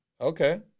okay